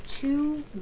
two